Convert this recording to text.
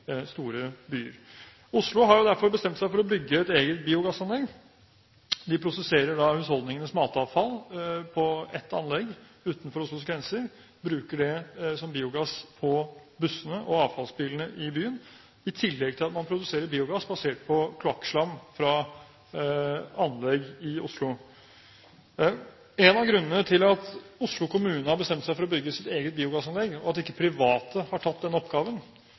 store byer. Oslo har derfor bestemt seg for å bygge et eget biogassanlegg. De prosesserer husholdningenes matavfall på et anlegg utenfor Oslos grenser, og bruker det som biogass på bussene og avfallsbilene i byen. I tillegg produserer man biogass basert på kloakkslam fra anlegg i Oslo. En av grunnene til at Oslo kommune har bestemt seg for å bygge sitt eget biogassanlegg og at ikke private har tatt den oppgaven,